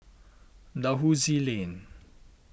Dalhousie Lane